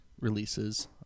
releases